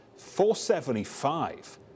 475